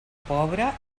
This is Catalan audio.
pobre